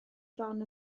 bron